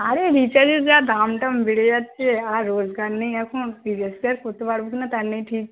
আরে রিচার্জের যা দাম টাম বেড়ে যাচ্ছে আর রোজগার নেই এখন রিচার্জ টিচাজ করতে পারব কি না তার নেই ঠিক